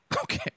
Okay